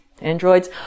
Androids